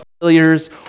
failures